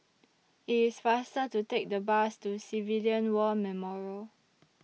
IT IS faster to Take The Bus to Civilian War Memorial